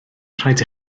rhaid